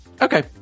Okay